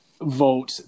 vote